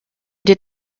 did